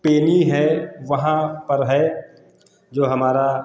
पेनी है वहाँ पर है जो हमारा